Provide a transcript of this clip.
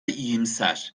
iyimser